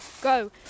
Go